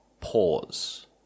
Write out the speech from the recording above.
pause